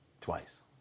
twice